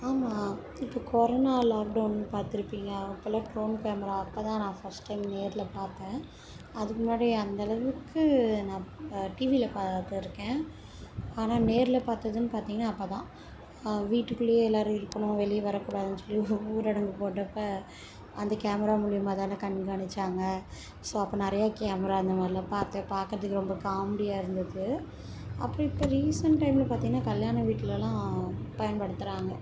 ஆமாம் இப்போ corona lockdown பார்த்துருப்பிங்க அப்போல்லாம் ட்ரோன் கேமரா அப்போ தான் நான் ஃபஸ்ட் டைம் நேரில் பார்த்தேன் அதுக்கு முன்னாடி அந்த அளவுக்கு நான் டிவியில் பார்த்துருக்கேன் ஆனால் நேரில் பார்த்ததுன்னு பார்த்திங்கனா அப்போ தான் வீட்டுக்குள்ளேயே எல்லோரும் இருக்கணும் வெளியே வரக்கூடாதுனு சொல்லி ஊரடங்கு போட்டப்போ அந்த கேமரா மூலிமா தானே கண்காணித்தாங்க ஸோ அப்போ நிறையா கேமரா அந்த மாதிரிலாம் பார்த்தேன் பார்க்குறதுக்கு ரொம்ப காமெடியாக இருந்தது அப்புறம் இப்போ ரீசெண்ட் டைமில் பார்த்திங்கனா கல்யாண வீட்டிலலாம் பயன்படுத்துகிறாங்க